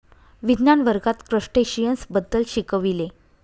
विज्ञान वर्गात क्रस्टेशियन्स बद्दल शिकविले